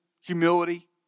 humility